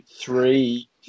three